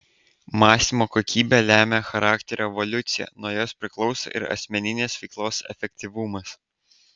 mąstymo kokybė lemia charakterio evoliuciją nuo jos priklauso ir asmeninės veiklos efektyvumas